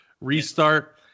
restart